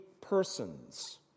persons